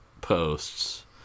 posts